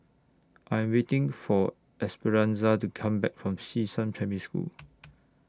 I Am waiting For Esperanza to Come Back from Xishan Primary School